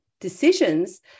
decisions